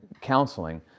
counseling